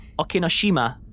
Okinoshima